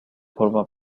forma